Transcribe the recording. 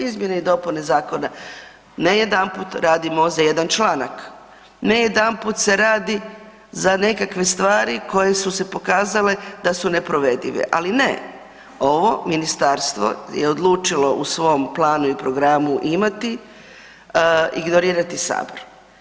Izmjene i dopune zakona ne jedanput radimo za jedan članak, ne jedanput se radi za nekakve stvari koje su se pokazale da su neprovedive ali ne, ovo ministarstvo je odlučilo u svom planu i programu imati, ignorirati Sabor.